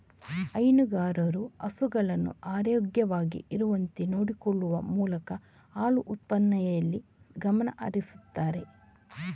ಹೈನುಗಾರರು ಹಸುಗಳನ್ನ ಆರೋಗ್ಯವಾಗಿ ಇರುವಂತೆ ನೋಡಿಕೊಳ್ಳುವ ಮೂಲಕ ಹಾಲು ಉತ್ಪಾದನೆಯಲ್ಲಿ ಗಮನ ಹರಿಸ್ತಾರೆ